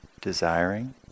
desiring